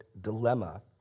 dilemma